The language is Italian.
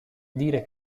dire